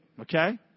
Okay